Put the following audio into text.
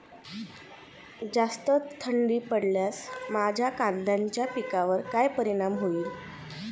जास्त थंडी पडल्यास माझ्या कांद्याच्या पिकावर काय परिणाम होईल?